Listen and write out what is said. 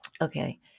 Okay